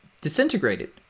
disintegrated